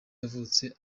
yavutse